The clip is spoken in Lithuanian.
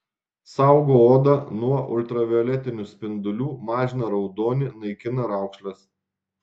saugo odą nuo ultravioletinių spindulių mažina raudonį naikina raukšles